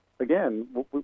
Again